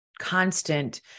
constant